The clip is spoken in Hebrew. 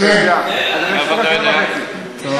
אתה יודע שיש בתי-ספר מקצועיים של אגודת ישראל?